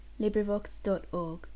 LibriVox.org